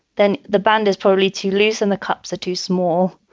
then the band is probably too loose in the cups are too small.